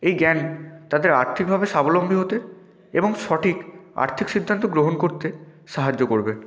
এই জ্ঞান তাদের আর্থিকভাবে স্বাবলম্বী হতে এবং সঠিক আর্থিক সিদ্ধান্ত গ্রহণ করতে সাহায্য করবে